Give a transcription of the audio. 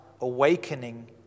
awakening